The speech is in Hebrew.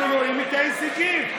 אנחנו רואים את ההישגים.